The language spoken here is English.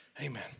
Amen